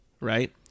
right